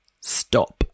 Stop